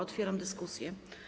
Otwieram dyskusję.